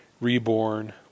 reborn